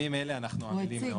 בימים אלה אנחנו עמלים מאוד מאוד.